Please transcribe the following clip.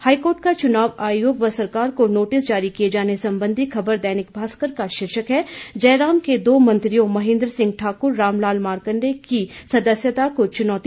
high court का चुनाव आयोग व सरकार को नोटिस जारी किए जाने संबंधी खबर पर दैनिक भास्कर का शीर्षक है जयराम के दो मंत्रियों महेंद्र सिंह ठाकुर रामलाल मार्कंडेय की सदस्यता को चुनौती